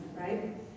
right